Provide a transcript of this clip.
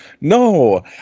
no